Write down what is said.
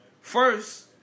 first